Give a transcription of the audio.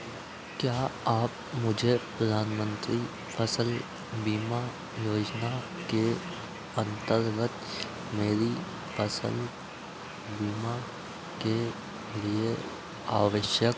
क्या आप मुझे प्रधानमंत्री फ़सल बीमा योजना के अंतर्गत मेरी फ़सल बीमा के लिए आवश्यक